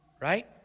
Right